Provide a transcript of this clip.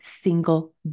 single